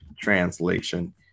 translation